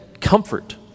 comfort